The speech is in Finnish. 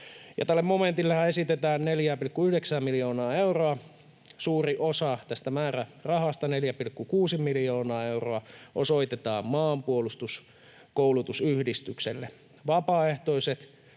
tälle momentillehan esitetään 4,9:ää miljoonaa euroa. Suuri osa tästä määrärahasta, 4,6 miljoonaa euroa, osoitetaan Maanpuolustuskoulutusyhdistykselle.